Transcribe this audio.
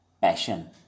passion